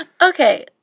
Okay